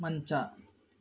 ಮಂಚ